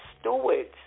stewards